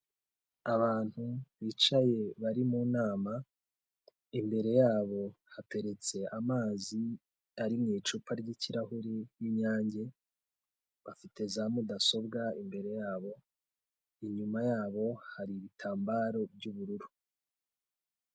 Abantu bicaye bari mu nama, imbere yabo hateretse amazi ari mu icupa ry'ikirahuri ry'Inyange, bafite za mudasobwa imbere yabo, inyuma yabo hari ibitambaro by'ubururu.